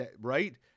right